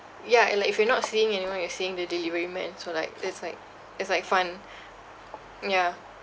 ya and like if you're not seeing anyone you're seeing the delivery man so like it's like it's like fun yeah